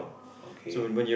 okay